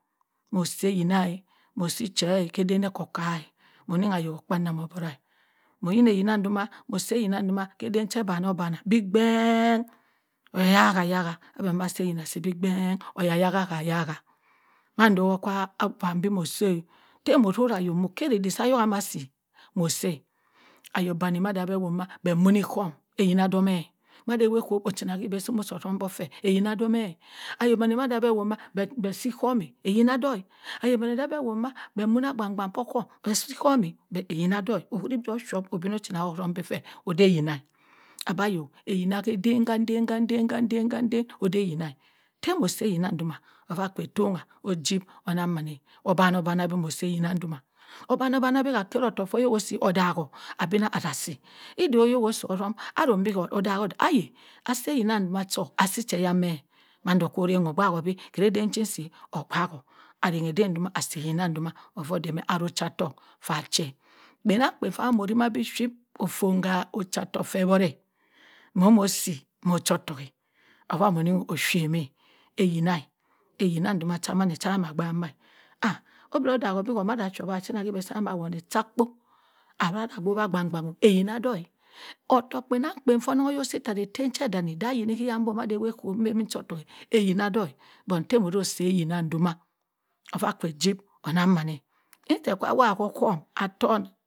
Moh si eyina moh si che kay eden oka ka eh moh ayo kpamnang obira moh yineh eyina dama moh woheh eyinah duma moh woheh eyinah duma key den obanorbanah bi gben ẹ ẹ ẹ oya kahyaha makudo woh came be moh say tey moh zorah ayo moh keyridik sah ayo amasi moh say ayo bani mah dah woh mah beh monikom eyinah bomeh madah ewo kohb oh china ki beh ozum fer ayina bomeh ayo danni mabeh woh mah beh si ikom eh eyina doh ayo banni mah beh woma beh wonnah agban agban ho ohum ayin ah beh si ihum ayina doh ohuri bi koh shop obinna zah ibeh seh odey yina abah yoh eyna kah den kah den kah den kah den odey ayina tey moh si eyina duma ovah kwe tongha ojib onangha mahn eh obano ba bi moh say eyina duma obano ban bi koh akeri otoh foh yo si odahno abinah aza si idoh yoh osoh ozum arum bi ho odanbo-abina azah si iddoh yoh osoh zom arum hoh odammodam ayi aseh ayina duma cho asi che yan meh mahu doh koh ray obaho bi kireden sin si okpa hoh aranghe den duma asi ayina duma ovoh dey meh aro chatohk fah chi kpenangkpen fah moh rima bi ship ofon ga ochaltoh feh eworeh moh moh si moh clohtohk eh cevae moni osham omeh eyina eyina duma samaneh seh amah gba mah obro daho bi mada showp a china hibe duma abeh ma won echakkpo awah abowah abang bangho ayina doh otohk kpenangkpen foh onongheya osi tarah etem chedumi dah yini he yam bon oweh hokoh imembi chotohk eh ayina doh but tay moh zoh say ayina duma ayah keh jib onang mahyh eh instead kah woh wah ohum atongha.